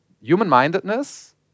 human-mindedness